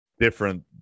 different